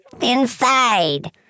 inside